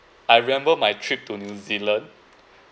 I remember my trip to new zealand